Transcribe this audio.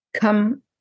come